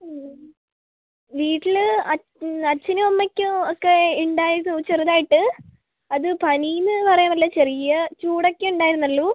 അ വീട്ടില് അച്ഛനും അമ്മയ്ക്കും ഒക്കെ ഉണ്ടായിരുന്നു ചെറുതായിട്ട് അത് പനിയെന്ന് പറയാൻ പറ്റില്ല ചെറിയ ചൂടൊക്കെയെ ഉണ്ടായിരുന്നുള്ളൂ